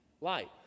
light